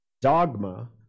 dogma